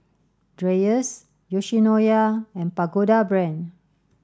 Dreyers Yoshinoya and Pagoda Brand